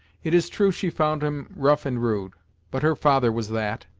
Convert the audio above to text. it is true she found him rough and rude but her father was that,